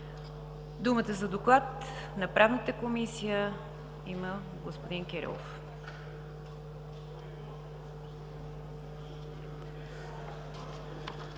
Думата за доклад на Правната комисия има господин Кирилов.